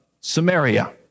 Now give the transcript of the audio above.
Samaria